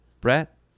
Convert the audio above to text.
Brett